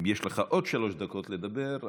יש לך עוד שלוש דקות לדבר,